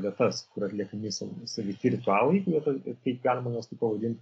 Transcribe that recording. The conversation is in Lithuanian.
vietas kur atliekami sau savi ritualai vietoj kaip galima juos taip pavadint